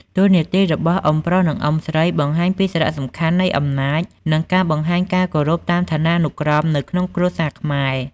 តួនាទីរបស់អ៊ុំប្រុស និងអ៊ុំស្រីបង្ហាញពីសារៈសំខាន់នៃអំណាច និងការបង្ហាញការគោរពតាមឋាននុក្រមនៅក្នុងគ្រួសារខ្មែរ។